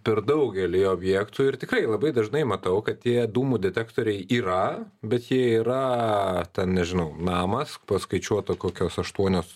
per daugelį objektų ir tikrai labai dažnai matau kad tie dūmų detektoriai yra bet jie yra ten nežinau namas paskaičiuota kokios aštuonios